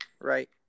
right